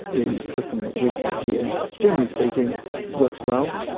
the system that we have here generally speaking works well,